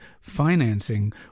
financing